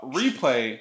replay